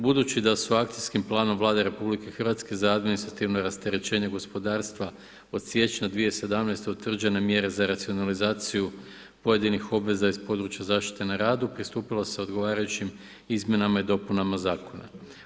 Budući da su akcijskim planom Vlade Republike Hrvatske za administrativno rasterećenje gospodarstva od siječnja 2017. utvrđene mjere za racionalizaciju pojedinih obveza iz područja zaštite na radu, pristupilo se odgovarajućim izmjenama i dopunama zakona.